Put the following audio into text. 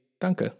Danke